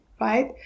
right